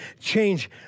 change